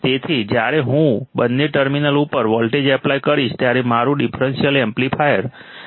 તેથી જ્યારે પણ હું બંને ટર્મિનલ ઉપર વોલ્ટેજ એપ્લાય કરીશ ત્યારે મારું ડિફરન્શિયલ એમ્પ્લીફાયર આ રીતે કામ કરશે